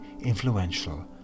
influential